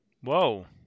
Whoa